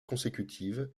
consécutives